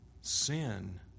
Sin